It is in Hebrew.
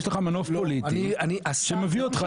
יש לך מנוף פוליטי שמביא אותך,